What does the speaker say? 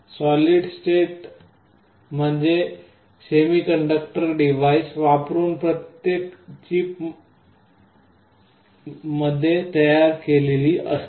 solid state म्हणजे semiconductor device वापरुन प्रत्येक गोष्ट चिपमध्ये तयार केलेली असते